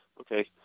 Okay